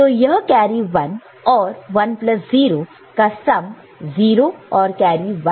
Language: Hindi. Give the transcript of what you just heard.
तो यह कैरी 1 और 10 का सम 0 और कैरी 1